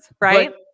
Right